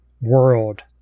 world